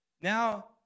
Now